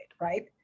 right